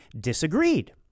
disagreed